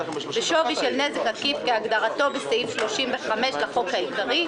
בשווי של נזק עקיף כהגדרתו בסעיף 35 לחוק העיקרי,